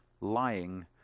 lying